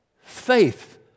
faith